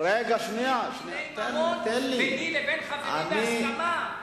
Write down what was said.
של דיני ממון ביני לבין חברי בהסכמה,